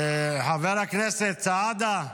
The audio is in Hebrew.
חבר הכנסת סעדה,